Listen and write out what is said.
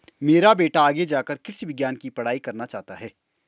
मेरा बेटा आगे जाकर कृषि विज्ञान की पढ़ाई करना चाहता हैं